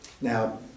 Now